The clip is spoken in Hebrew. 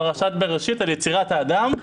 פרשת בראשית, על יצירת האדם -- הבנתי.